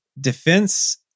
Defense